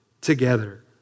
together